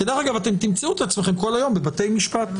כדרך אגב, תמצאו את עצמכם כל היום בבתי משפט.